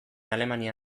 alemania